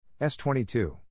S22